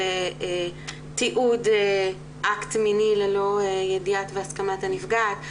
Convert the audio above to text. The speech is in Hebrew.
תיעוד אקט מיני ללא ידיעת והסכמת הנפגעת,